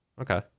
okay